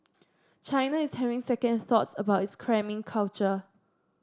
China is having second thoughts about its cramming culture